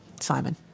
Simon